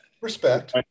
respect